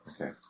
Okay